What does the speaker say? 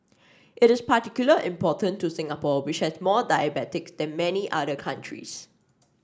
it is particularly important to Singapore which has more diabetics than many other countries